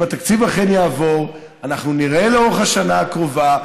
התקציב אכן יעבור אנחנו נראה לאורך השנה הקרובה,